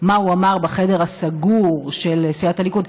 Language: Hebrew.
מה הוא אמר בחדר הסגור של סיעת הליכוד,